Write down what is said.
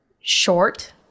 short